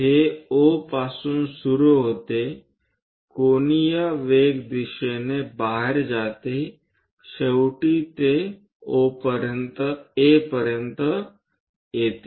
हे O पासून सुरू होते कोनीय वेग दिशेने बाहेर जाते शेवटी ते A पर्यंत येते